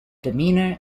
demeanor